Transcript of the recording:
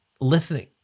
listening